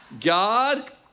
God